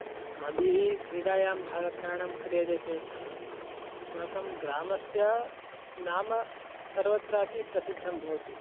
अस्माभिः क्रीडायां भागग्रहणं क्रियते चेत् अस्माकं ग्रामस्य नाम सर्वत्रापि प्रसिद्धं भवति